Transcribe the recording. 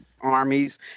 armies